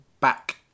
back